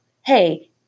hey